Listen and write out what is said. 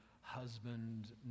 husband